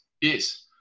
Yes